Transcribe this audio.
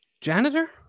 janitor